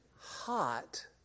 hot